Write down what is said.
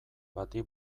bati